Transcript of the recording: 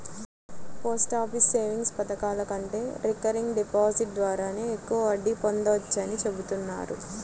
post office savings పథకాల కంటే recurring deposit ద్వారానే ఎక్కువ వడ్డీ పొందవచ్చని చెబుతున్నారు